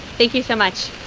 thank you so much.